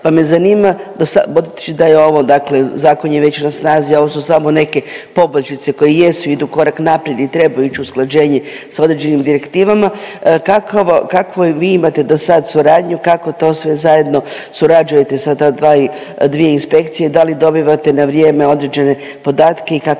pa me zanima dosa…, budući da je ovo, dakle zakon je već na snazi, a ovo su samo neke poboljšice koje jesu i idu korak naprijed i trebaju ić usklađenje s određenim direktivama, kakvo, kakvu vi imate dosad suradnju, kako to sve zajedno surađujete sa ta dva, dvije inspekcije, da li dobivate na vrijeme određene podatke i kako to dosada